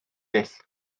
dull